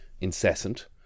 incessant